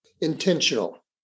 intentional